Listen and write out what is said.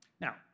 Now